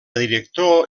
director